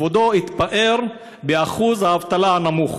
כבודו התפאר באחוז האבטלה הנמוך,